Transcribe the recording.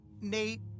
Nate